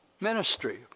ministry